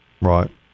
Right